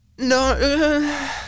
No